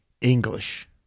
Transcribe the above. English